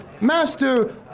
master